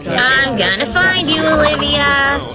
i'm gonna find you, olvia!